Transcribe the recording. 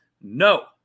No